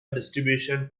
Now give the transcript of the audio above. distribution